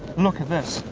look at this.